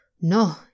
No